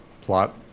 plot